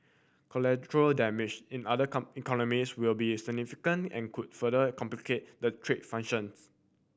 collateral damage in other come economies will be significant and could further complicate the trade